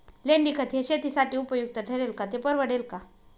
लेंडीखत हे शेतीसाठी उपयुक्त ठरेल का, ते परवडेल का?